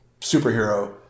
Superhero